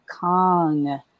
Kong